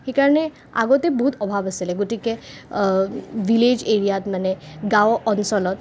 সেইকাৰণে আগতে বহুত অভাৱ আছিলে গতিকে ভিলেইজ এৰিয়াত মানে গাঁও অঞ্চলত